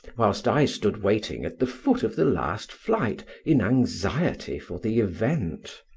whilst i stood waiting at the foot of the last flight in anxiety for the event.